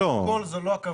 שקודם כל זו לא הכוונה.